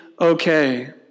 okay